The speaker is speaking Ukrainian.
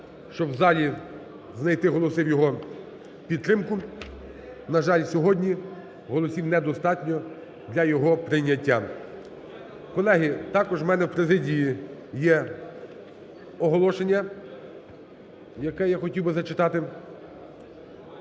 щоб в залі знайти голоси в його підтримку. На жаль, сьогодні голосів недостатньо для його прийняття. Колеги, також в мене в президії є оголошення, яке я хотів би зачитати.